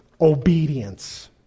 Obedience